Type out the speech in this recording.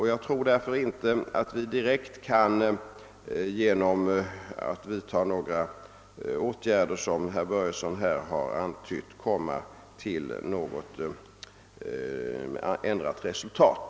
Jag tror därför inte att vi genom att vidta en sådan åtgärd som herr Börjesson här har antytt skulle komma fram till något annat resultat.